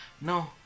no